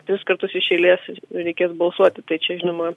tris kartus iš eilės reikės balsuoti tai čia žinoma